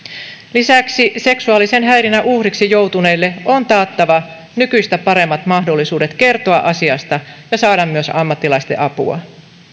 lisäksi seksuaalisen häirinnän uhriksi joutuneille on taattava nykyistä paremmat mahdollisuudet kertoa asiasta ja saada myös ammattilaisten apua